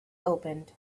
opened